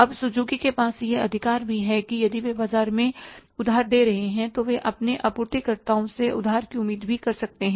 अब सुज़ुकी के पास यह अधिकार भी है कि यदि वे बाजार में उधार दे रहे हैं तो वे अपने आपूर्तिकर्ताओं से उधार की उम्मीद भी कर सकते हैं